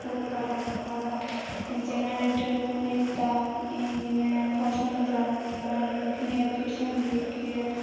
উৎপাদন করা হয় জেনারেটারগুলির তাপ ইঞ্জিনিয়ার ফসল জ্বালানি বা নিউকলিয়ার ফিশন বিক্রিয়া